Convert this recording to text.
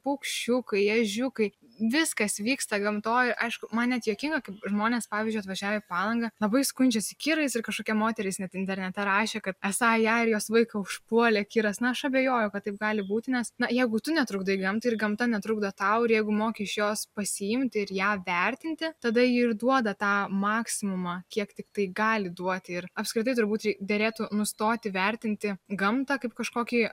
paukščiukai ežiukai viskas vyksta gamtoj aišku man net juokinga kaip žmonės pavyzdžiui atvažiavę į palangą labai skundžiasi kirais ir kažkokia moteris net internete rašė kad esą ją ir jos vaiką užpuolė kiras na aš abejoju kad taip gali būti nes na jeigu tu netrukdai gamtai ir gamta netrukdo tau ir jeigu moki iš jos pasiimti ir ją vertinti tada ji ir duoda tą maksimumą kiek tiktai gali duoti ir apskritai turbūt derėtų nustoti vertinti gamtą kaip kažkokį